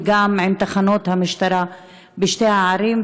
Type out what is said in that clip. וגם עם תחנות המשטרה בשתי הערים,